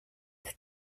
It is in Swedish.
det